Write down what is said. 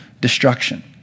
destruction